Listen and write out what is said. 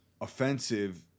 offensive